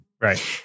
Right